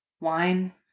wine